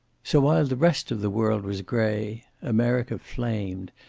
so, while the rest of the world was gray, america flamed,